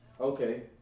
Okay